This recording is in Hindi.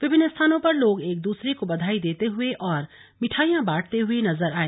विभिन्न स्थानों पर लोग एक दूसरे को बधाई देते हुए और मिठाईयां बाटते हुए नजर आए